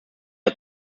are